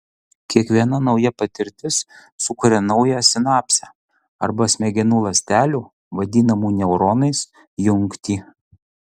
kiekviena nauja patirtis sukuria naują sinapsę arba smegenų ląstelių vadinamų neuronais jungtį